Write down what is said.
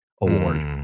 award